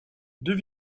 deux